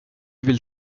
vill